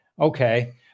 okay